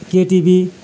KTV